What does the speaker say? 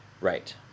Right